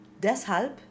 Deshalb